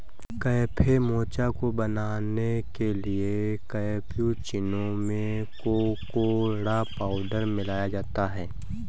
cafe mocha को बनाने के लिए कैप्युचीनो में कोकोडा पाउडर मिलाया जाता है